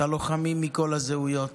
את הלוחמים מכל הזהויות,